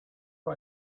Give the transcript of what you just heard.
für